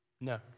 No